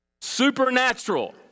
Supernatural